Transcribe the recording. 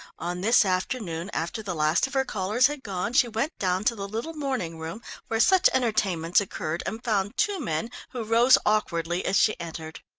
on this afternoon, after the last of her callers had gone, she went down to the little morning-room where such entertainments occurred and found two men, who rose awkwardly as she entered.